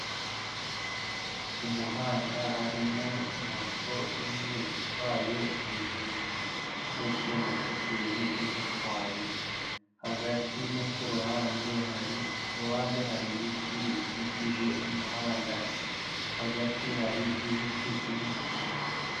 Umuhanda harimo moto imwe itwaye umugenzi ndetse na shoferi uyitwaye, hagati no ku ruhande hari, kuru ruhande hari ibiti bikikije umuhanda, hagati hari ibiti by'umutako.